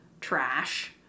trash